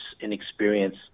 inexperience